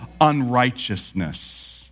unrighteousness